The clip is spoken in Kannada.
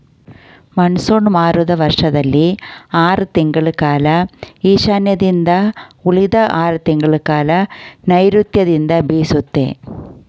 ಮಾನ್ಸೂನ್ ಮಾರುತ ವರ್ಷದಲ್ಲಿ ಆರ್ ತಿಂಗಳ ಕಾಲ ಈಶಾನ್ಯದಿಂದ ಉಳಿದ ಆರ್ ತಿಂಗಳಕಾಲ ನೈರುತ್ಯದಿಂದ ಬೀಸುತ್ತೆ